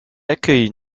accueille